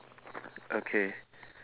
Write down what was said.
okay